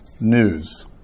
news